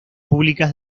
públicas